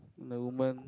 the woman